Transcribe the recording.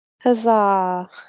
Huzzah